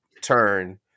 turn